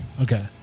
okay